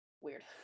weird